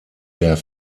der